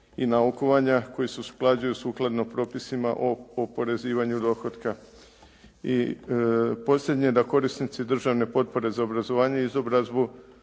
i naukovanja koji se usklađuju sukladno propisima o oporezivanju dohotka. I I posljednje da korisnici državne potpore za obrazovanje, izobrazbu